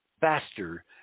faster